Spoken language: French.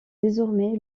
désormais